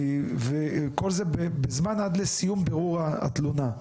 כל זה בזמן עד לסיום בירור התלונה,